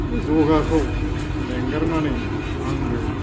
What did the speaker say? बे जगाखौ मेंगारनानै आंबो